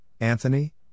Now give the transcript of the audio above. Anthony